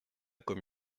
comme